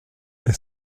est